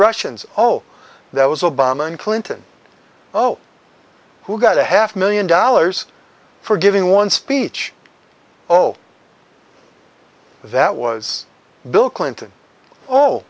russians oh that was obama and clinton oh who got a half million dollars for giving one speech oh that was bill clinton oh